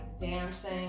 dancing